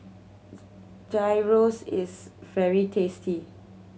gyros is very tasty